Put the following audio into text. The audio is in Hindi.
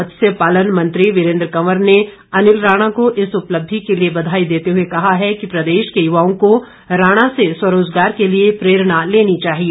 मत्स्य पालन मंत्री वीरेंद्र कंवर ने अनिल राणा को इस उपलब्धि के लिए बधाई देते हुए कहा है कि प्रदेश के युवाओं को राणा से स्वरोजगार के लिए प्रेरणा लेनी चाहिए